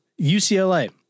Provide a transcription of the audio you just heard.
UCLA